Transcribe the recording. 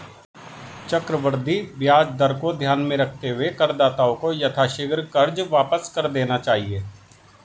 चक्रवृद्धि ब्याज दर को ध्यान में रखते हुए करदाताओं को यथाशीघ्र कर्ज वापस कर देना चाहिए